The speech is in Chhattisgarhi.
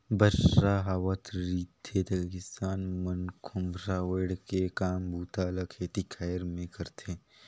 बरसा हावत रिथे त किसान मन खोम्हरा ओएढ़ के काम बूता ल खेती खाएर मे करथे